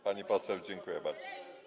Pani poseł, dziękuję bardzo.